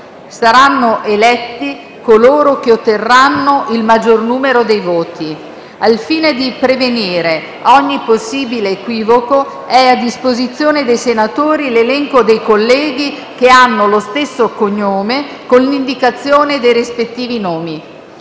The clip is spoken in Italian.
Saranno eletti coloro che otterranno il maggior numero di voti. Al fine di prevenire ogni possibile equivoco, è a disposizione dei senatori l’elenco dei colleghi che hanno lo stesso cognome, con l’indicazione dei rispettivi nomi.